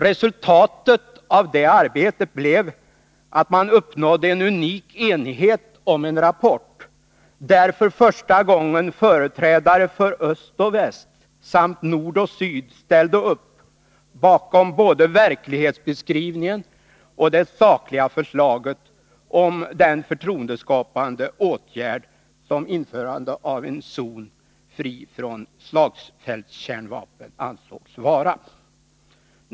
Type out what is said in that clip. Resultatet av det arbetet blev att man uppnådde en unik enighet om en rapport, där för första gången företrädare för öst och väst samt nord och syd ställde upp bakom både verklighetsbeskrivningen och det sakliga förslaget om den förtroendeskapande åtgärd som införande av en zon fri från slagfältskärnvapen ansågs vara.